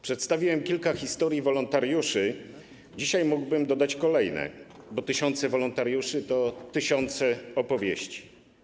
Przedstawiłem kilka historii wolontariuszy, a dzisiaj mógłbym dodać kolejne, bo tysiące wolontariuszy, to tysiące opowieści.